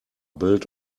built